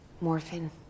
morphine